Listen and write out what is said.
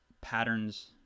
patterns